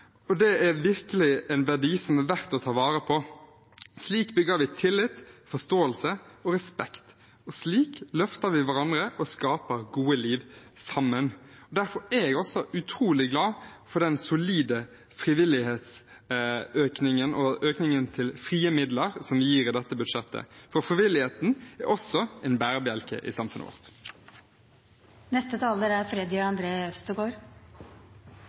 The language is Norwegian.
og det er virkelig en verdi som er verdt å ta vare på. Slik bygger vi tillit, forståelse og respekt, og slik løfter vi hverandre og skaper gode liv sammen. Derfor er jeg også utrolig glad for den solide frivillighetsøkningen og økningen til frie midler som vi gir i dette budsjettet, for frivilligheten er også en bærebjelke i samfunnet vårt. Det å være raus er